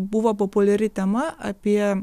buvo populiari tema apie